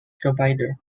provider